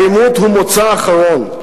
העימות הוא מוצא אחרון.